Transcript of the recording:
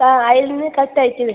അതിൽ നിന്ന് കത്ത് അയച്ചിനി